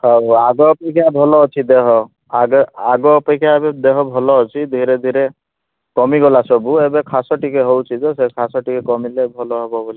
ହଉ ଆଗ ଅପେକ୍ଷା ଭଲ ଅଛି ଦେହ ଆଗେ ଆଗ ଅପେକ୍ଷା ଏବେ ଦେହ ଭଲ ଅଛି ଧୀରେ ଧୀରେ କମିଗଲା ସବୁ ଏବେ କାଶ ଟିକିଏ ହେଉଛି ତ ସେ କାଶ ଟିକିଏ କମିଲେ ଭଲ ହବ ବୋଲି